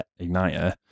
igniter